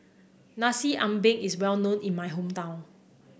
Nasi Ambeng is well known in my hometown